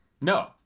No